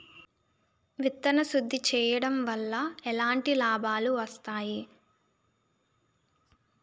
విత్తన శుద్ధి చేయడం వల్ల ఎలాంటి లాభాలు వస్తాయి?